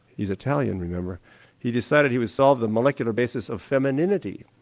he's italian remember he decided he would solve the molecular basis of femininity